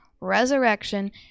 resurrection